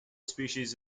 species